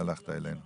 שלחת אלינו.